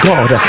God